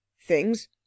Things